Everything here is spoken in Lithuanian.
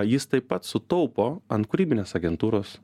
jis taip pat sutaupo ant kūrybinės agentūros